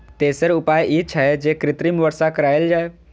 तेसर उपाय ई छै, जे कृत्रिम वर्षा कराएल जाए